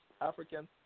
African